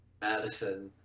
Madison